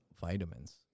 vitamins